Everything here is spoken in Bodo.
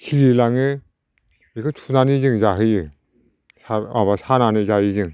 सिलि लाङो बेखौ थुनानै जों जाहैयो माबा सानानै जायो जों